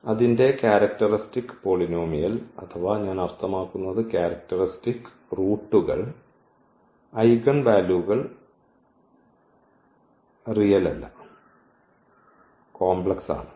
അതിന്റെ characteristic polynomial അഥവാ ഞാൻ അർത്ഥമാക്കുന്നത് ക്യാരക്ടറിസ്റ്റിക് റൂട്ടുകൾ ഐഗൻ വാല്യൂകൾ റിയൽ അല്ല കോംപ്ലക്സ് ആണ്